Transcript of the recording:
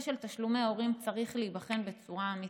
של תשלומי הורים צריך להיבחן בצורה אמיתית,